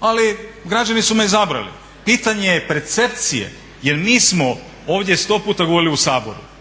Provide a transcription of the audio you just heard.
ali građani su me izabrali. Pitanje je percepcije. Jer mi smo ovdje sto puta govorili u Saboru,